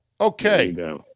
Okay